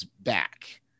back